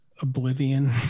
oblivion